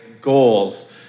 goals